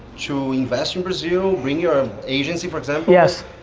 to invest in brazil, bring your um agency, for example? yes.